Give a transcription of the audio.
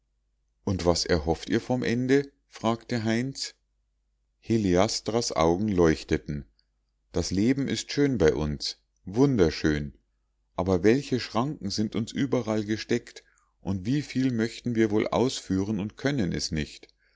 und was erhofft ihr vom ende fragte heinz heliastras augen leuchteten das leben ist schön bei uns wunderschön aber welche schranken sind uns überall gesteckt wie viel möchten wir wohl ausführen und können es nicht